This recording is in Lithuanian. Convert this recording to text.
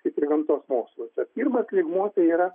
kaip ir gamtos moksluose pirmas lygmuo tai yra